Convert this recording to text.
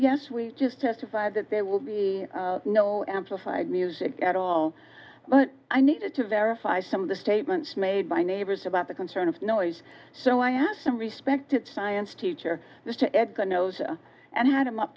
yes we just testified that there will be no amplified music at all but i needed to verify some of the statements made by neighbors about the concern of noise so i asked some respected science teacher to edgar nosa and had him up